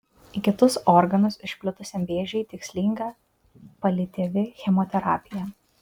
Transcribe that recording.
į kitus organus išplitusiam vėžiui tikslinga paliatyvi chemoterapija